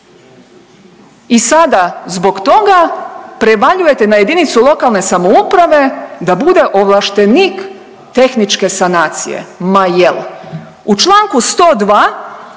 i sada zbog toga prevaljujete na JLS da bude ovlaštenik tehničke sanacije, ma jel?